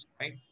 right